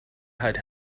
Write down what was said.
had